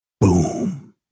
boom